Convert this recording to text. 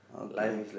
okay